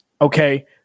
okay